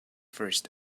first